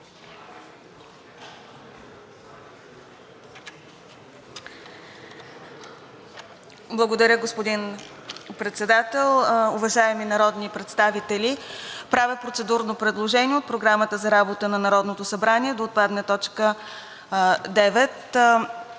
Благодаря, господин Председател. Уважаеми народни представители, правя процедурно предложение от Програмата за работата на Народното събрание да отпадне точка